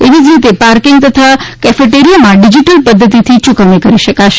એવી જ રીતે પાર્કિંગ તથા કેફેટેરીયામાં ડિજીટલ પદ્ધતિથી યૂકવણી કરી શકાશે